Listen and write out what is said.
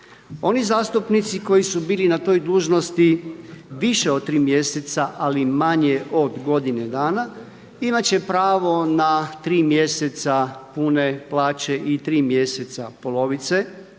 Oni zastupnici koji su bili na toj dužnosti više od tri mjeseca, ali manje od godine dana imat će pravo na tri mjeseca pune plaće i tri mjeseca polovice